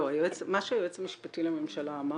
מה שהיועץ המשפטי לממשלה אמר,